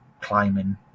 climbing